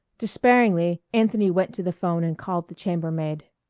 despairingly anthony went to the phone and called the chambermaid.